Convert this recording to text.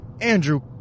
Andrew